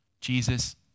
Jesus